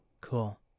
Cool